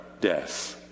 death